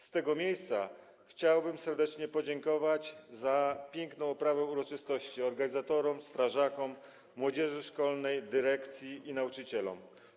Z tego miejsca chciałbym serdecznie podziękować za piękną oprawę uroczystości organizatorom, strażakom, młodzieży szkolnej, dyrekcji i nauczycielom.